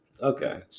Okay